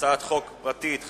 הצעת חוק פ/535,